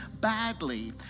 badly